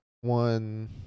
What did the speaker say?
one